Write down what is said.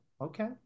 Okay